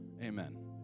amen